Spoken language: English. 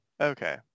Okay